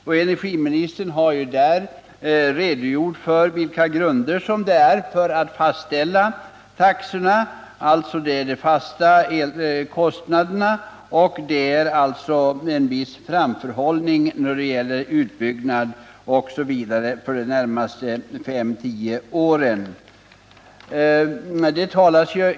Statsrådet har redogjort för grunderna för fastställande av taxorna för de fasta elkostnaderna. Det är alltså en viss framförhållning när det gäller utbyggnad osv. för de närmaste fem-tio åren.